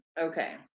Okay